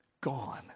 gone